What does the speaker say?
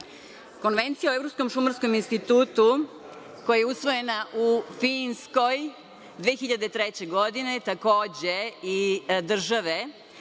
Konvencija o Evropsko-šumarskom institutu, koja je usvojena u Finskoj 2003. godine. Državna